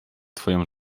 twoją